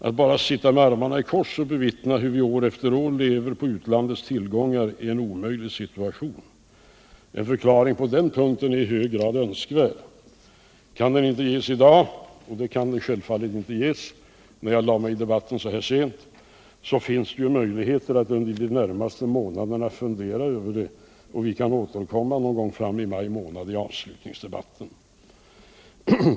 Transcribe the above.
Att bara sitta med armarna i kors och bevittna hur vi år efter år lever på utlandets tillgångar är naturligtvis en omöjlig situation. En förklaring på den punkten är i hög grad önskvärd. Kan den inte ges i dag - och det går självfallet inte, då jag lade mig i debatten i ctt så sent skede — finns det möjlighet att fundera över detta under de närmaste månaderna, och vi kan sedan återkomma till det i en debatt i slutet av årets riksmöte.